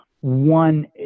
one